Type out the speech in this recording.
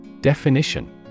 Definition